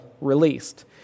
released